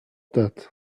that